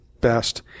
best